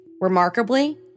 Remarkably